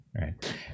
right